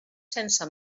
sense